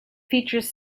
features